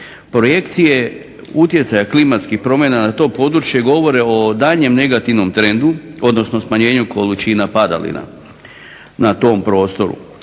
Projekcije utjecaja klimatskih promjena na to područje govore o daljnjem negativnom trendu, odnosno smanjenju količina padalina na tom prostoru.